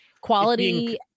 quality